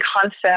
concept